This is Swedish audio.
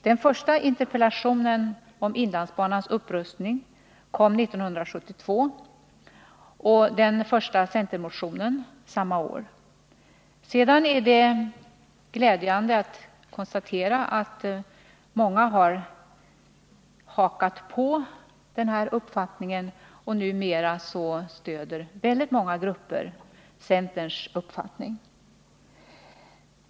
Den första interpellationen om inlandsbanans upprustning kom 1972 och den första motionen samma år. Det är glädjande att konstatera att många grupper nu hakat på och stöder centerns uppfattning.